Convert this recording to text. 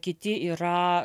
kiti yra